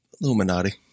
Illuminati